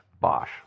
Bosch